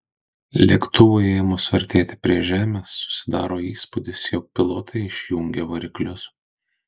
lėktuvui ėmus artėti prie žemės susidaro įspūdis jog pilotai išjungė variklius